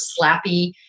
Slappy